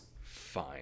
fine